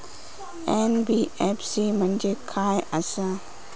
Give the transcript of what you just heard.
NBFC म्हणजे खाय आसत?